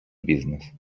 бізнес